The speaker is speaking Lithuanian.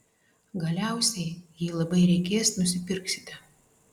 galiausiai jei labai reikės nusipirksite